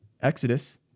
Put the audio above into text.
Exodus